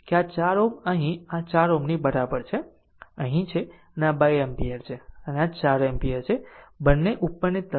તો તેનો અર્થ એ કે આ 4 Ω અહીં આ 4 Ω ની બરાબર છે અહીં છે અને આ 2 એમ્પીયર છે અને આ 4 એમ્પીયર છે બંને ઉપરની તરફ R